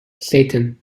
satan